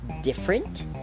different